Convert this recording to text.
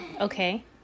Okay